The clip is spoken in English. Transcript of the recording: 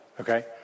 okay